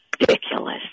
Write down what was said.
ridiculous